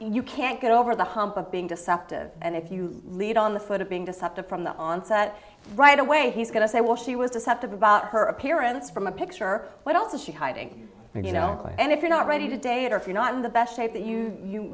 you can't get over the hump of being deceptive and if you lead on the foot of being deceptive from the onset right away he's going to say well she was deceptive about her appearance from a picture what else is she hiding you know and if you're not ready to date or if you know i'm the best shape that you